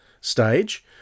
stage